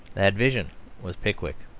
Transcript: that vision was pickwick.